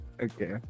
Okay